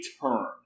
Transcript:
turn